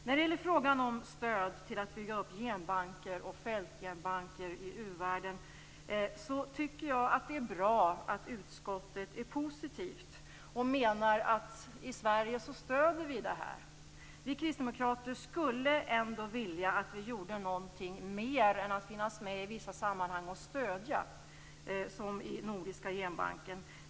När det gäller frågan om stöd till att bygga upp genbanker och fältgenbanker i u-världen är det bra att utskottet har en positiv inställning och menar att vi i Sverige stöder denna verksamhet. Vi kristdemokrater skulle ändå vilja att vi gjorde något mer än att finnas med i vissa sammanhang och ge vårt stöd, som i Nordiska genbanken.